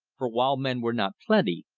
for, while men were not plenty,